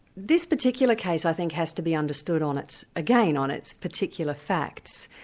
this particular case i think has to be understood on its. again on its particular facts.